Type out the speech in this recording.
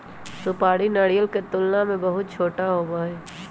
सुपारी नारियल के तुलना में बहुत छोटा होबा हई